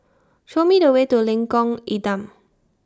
Show Me The Way to Lengkong Enam